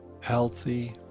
healthy